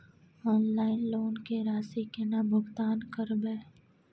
Online loan के राशि केना भुगतान करबे?